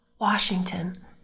Washington